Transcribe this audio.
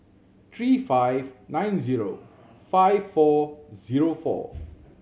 three five nine zero five four zero four